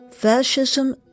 fascism